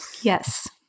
Yes